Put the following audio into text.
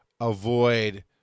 avoid